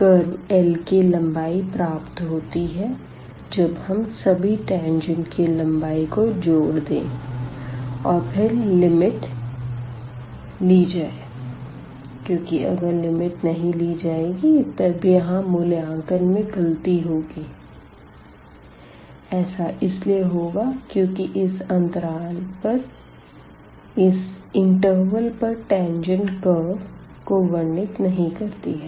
curve l की लम्बाई प्राप्त होती है जब इन सभी टेंजेंट की लम्बाई को जोड़ दिया जाए और फिर लिमिट ली जाए क्यूँकि अगर लिमिट नहीं ली जाएगी तब यहाँ मूल्यांकन में गलती होगी ऐसा इसलिए होगा क्योंकि इस इंटरवल पर टेंजेंट कर्व को वर्णित नही करती है